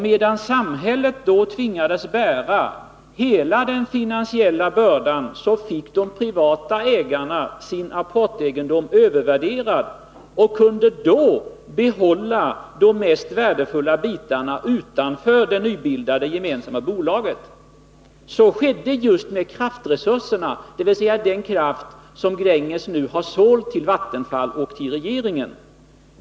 Medan samhället då tvingades bära hela den finansiella bördan, fick de privata ägarna sin apportegendom övervärderad och kunde behålla de mest värdefulla bitarna utanför det nybildade gemensamma bolaget. Så skedde just med kraftresurserna, dvs. den kraft som Gränges nu har sålt till Vattenfall och till regeringen.